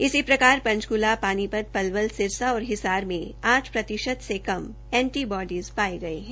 इसी प्रकार पंचकूला पानीपत पलवल सिरसा और हिसार में आठ प्रतिशत से कम एंटी बोडीज़ पाये गये है